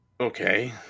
Okay